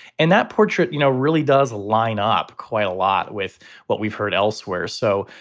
and that portrait, you know, really does line up quite a lot with what we've heard elsewhere. so,